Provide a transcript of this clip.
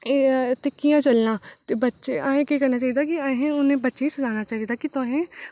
एह् कि'यां चलना ते बच्चे आसें केह् करना चाहिदा कि असें उ'नें बच्चें गी सनाना चाहिदा कि तुसें